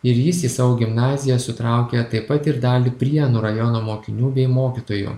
ir jis į savo gimnaziją sutraukia taip pat ir dalį prienų rajono mokinių bei mokytojų